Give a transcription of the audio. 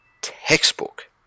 textbook